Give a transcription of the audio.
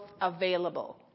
available